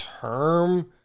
term